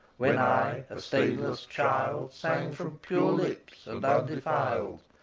when i, a stainless child, sang from pure lips and undefiled,